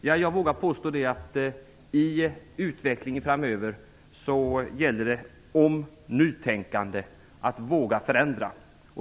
Ja, jag vågar påstå att det i fråga om nytänkandet i utvecklingen framöver gäller att våga förändra.